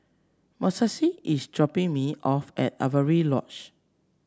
Montserrat is dropping me off at Avery Lodge